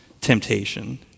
temptation